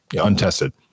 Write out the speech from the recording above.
untested